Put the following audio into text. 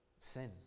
sin